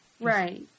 Right